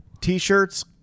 T-shirts